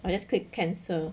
I just click cancel